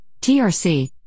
TRC